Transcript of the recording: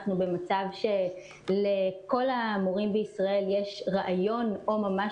אנחנו במצב שלכל המורים בישראל יש רעיון או ממש